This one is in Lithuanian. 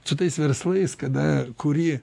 su tais verslais kada kuri